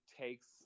takes